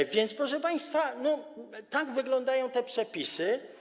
A więc, proszę państwa, tak wyglądają te przepisy.